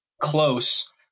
close